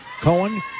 Cohen